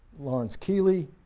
lawrence keeley,